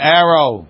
arrow